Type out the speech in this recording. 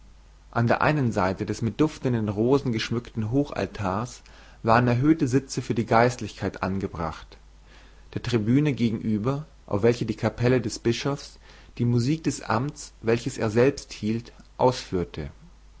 an einer seite des mit duftenden rosen geschmückten hochaltars waren erhöhte sitze für die geistlichkeit angebracht der tribüne gegenüber auf welcher die kapelle des bischofs die musik des amts welches er selbst hielt ausführte